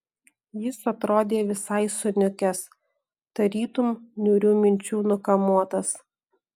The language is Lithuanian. jis atrodė visai suniukęs tarytum niūrių minčių nukamuotas